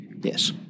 Yes